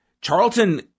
Charlton